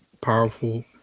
powerful